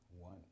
one